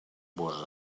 vos